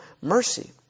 mercy